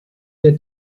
der